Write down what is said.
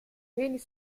wenig